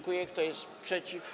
Kto jest przeciw?